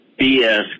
BS